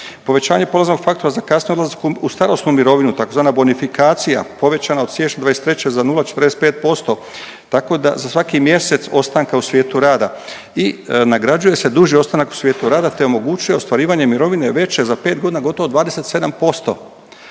Povećanje polaznog faktora za kasni odlazak u starosnu mirovinu, tzv. bonifikacija povećana od siječnja 2023. za 0,45% tako da za svaki mjesec ostanka u svijetu rada i nagrađuje se duži ostanak u svijetu rada, te omogućuje ostvarivanje mirovine veće za 5 godina gotovo 27%